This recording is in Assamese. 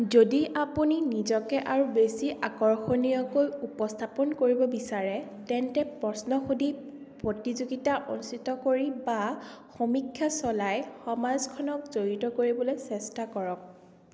যদি আপুনি নিজকে আৰু বেছি আকৰ্ষণীয়কৈ উপস্থাপন কৰিব বিচাৰে তেন্তে প্ৰশ্ন সুধি প্ৰতিযোগীতা অনুষ্ঠিত কৰি বা সমীক্ষা চলাই সমাজখনক জড়িত কৰিবলৈ চেষ্টা কৰক